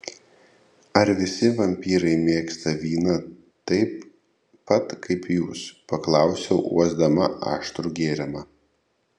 ar visi vampyrai mėgsta vyną taip pat kaip jūs paklausiau uosdama aštrų gėrimą